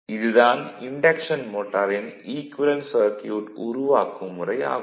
இது தான் இன்டக்ஷன் மோட்டாரின் ஈக்குவேலன்ட் சர்க்யூட் உருவாக்கும் முறை ஆகும்